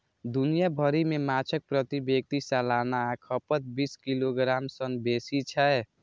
दुनिया भरि मे माछक प्रति व्यक्ति सालाना खपत बीस किलोग्राम सं बेसी छै